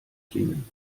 klingen